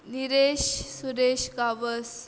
Niresh Suresh Gawas